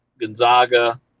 Gonzaga